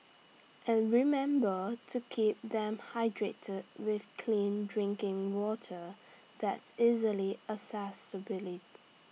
and remember to keep them hydrated with clean drinking water that's easily accessibly